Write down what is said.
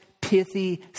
pithy